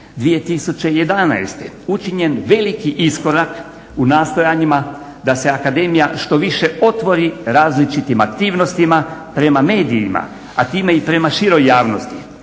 2011. učinjen veliki iskorak u nastojanjima da se akademija što više otvori različitim aktivnostima prema medijima, a time i prema široj javnosti